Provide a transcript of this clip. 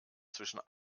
zwischen